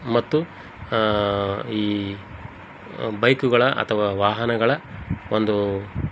ಮತ್ತು ಈ ಬೈಕುಗಳ ಅಥವಾ ವಾಹನಗಳ ಒಂದು